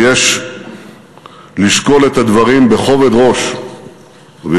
ויש לשקול את הדברים בכובד ראש ובזהירות,